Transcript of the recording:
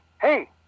hey